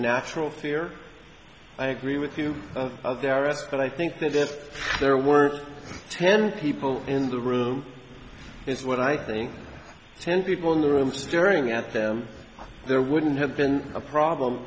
natural fear i agree with you of their us but i think that if there were ten people in the room is what i think ten people are i'm staring at them there wouldn't have been a problem